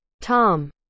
Tom